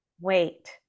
wait